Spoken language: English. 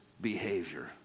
behavior